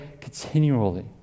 continually